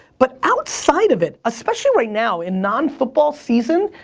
but outside of it, especially right now in non football season,